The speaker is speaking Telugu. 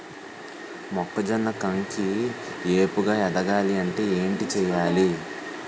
మొక్కజొన్న కంకి ఏపుగ ఎదగాలి అంటే ఏంటి చేయాలి?